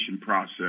process